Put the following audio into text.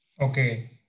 Okay